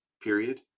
period